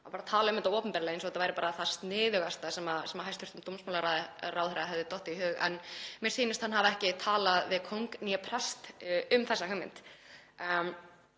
Talað var um þetta opinberlega eins og þetta væri bara það sniðugasta sem hæstv. dómsmálaráðherra hefði dottið í hug. En mér sýnist hann hafa ekki talað við kóng eða prest um þessa hugmynd.